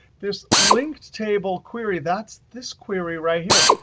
this linked table query, that's this query right here.